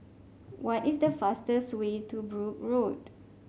what is the fastest way to Brooke Road